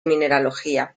mineralogía